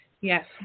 Yes